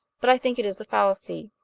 but i think it is a fallacy.